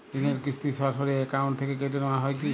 ঋণের কিস্তি সরাসরি অ্যাকাউন্ট থেকে কেটে নেওয়া হয় কি?